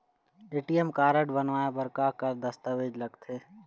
ATM card बनवाए बर का का दस्तावेज लगथे?